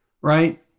right